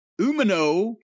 Umino